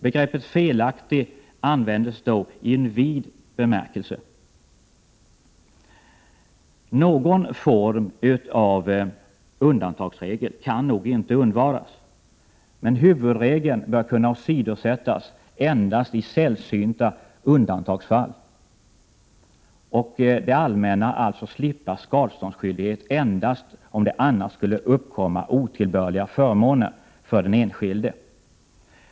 Begreppet ”felaktig” används då i vid bemärkelse. Någon form av undantagsregel kan nog inte undvaras. Men huvudregeln bör kunna åsidosättas endast i sällsynta undantagsfall och det allmänna alltså slippa skadeståndsskyldighet endast om det annars skulle uppkomma otillbörliga förmåner för den enskilde.